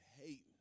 hating